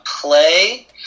play